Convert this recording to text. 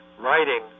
writing